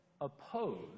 oppose